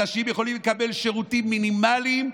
אנשים שיכולים לקבל שירותים מינימליים,